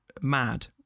mad